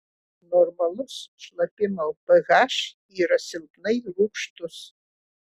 normalus šlapimo ph yra silpnai rūgštus